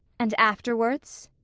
and afterwards?